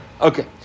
Okay